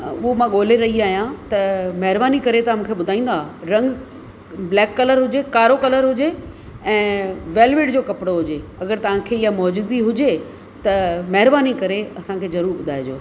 उहो मां ॻोले रही आहियां त महिरबानी करे तव्हां मूंखे ॿुधाईंदा रंग ब्लैक कलर हुजे कारो कलर हुजे ऐं वेल्वेट जो कपिड़ो हुजे अगरि तव्हांंखे इहा मौजूदगी हुजे त महिरबानी करे असांखे ज़रूरु ॿुधाइजो